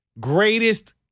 greatest